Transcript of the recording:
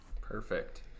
perfect